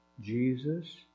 Jesus